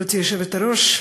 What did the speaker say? גברתי היושבת-ראש,